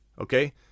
Okay